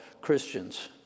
Christians